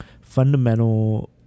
fundamental